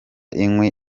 inkwi